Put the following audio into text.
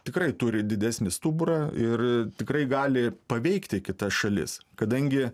tikrai turi didesnį stuburą ir tikrai gali paveikti kitas šalis kadangi